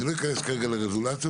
אני לא אכנס כרגע לרזולוציות.